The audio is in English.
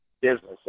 business